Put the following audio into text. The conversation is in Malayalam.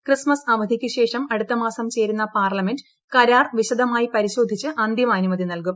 ക്രിസ്മസ് അവധിക്കു ശേഷം അടുത്തമാസം ചേരുന്ന പാർലമെന്റ് കരാർ വിശദമായി പരിശോധിച്ച് അന്തിമ അനുമതി നല്കും